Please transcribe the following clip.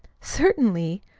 certainly.